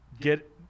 get